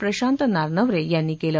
प्रशांत नारनवरे यांनी केलं